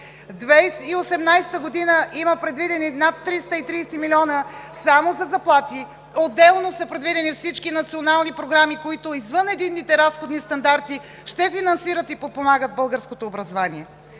2018 г. има предвидени над 330 млн. лв. само за заплати. Отделно са предвидени всички национални програми, които извън единните разходни стандарти, ще финансират и подпомагат българското образование.